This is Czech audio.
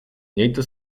mějte